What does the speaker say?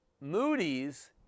Moody's